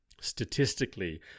statistically